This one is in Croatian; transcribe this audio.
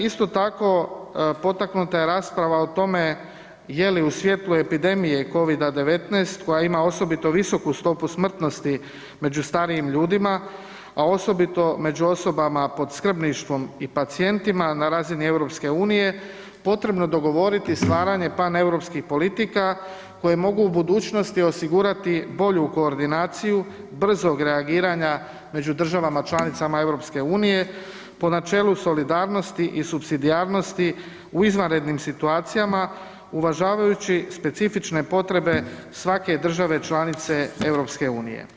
Isto tako, potaknuta je rasprava o tome je li u svjetlu epidemije Covida-19 koji ima osobito visoku stopu smrtnosti među starijim ljudima, a osobito među osobama pod skrbništvom i pacijentima na razini EU, potrebno dogovoriti stvaranje paneuropskih politika koje mogu u budućnosti osigurati bolju koordinaciju, brzog reagiranja među državama članicama EU, po načelu solidarnosti i supsidijarnosti u izvanrednim situacijama uvažavajući specifične potrebe svake države članice EU.